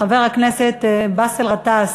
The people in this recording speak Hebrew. חבר הכנסת באסל גטאס,